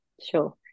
sure